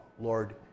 Lord